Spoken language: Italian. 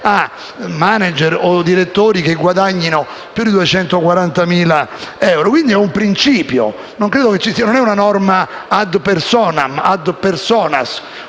*manager* o direttori che guadagnano più di 240.000 euro. Quindi è un principio, non è una norma *ad personam*, o *ad personas*,